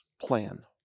plan